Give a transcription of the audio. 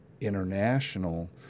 international